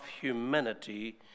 humanity